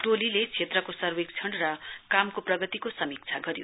टोलीले क्षेत्रको सर्वेक्षण र कामको प्रगतिको समीक्षा गर्यो